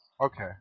Okay